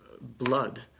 blood